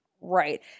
Right